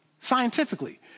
scientifically